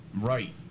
Right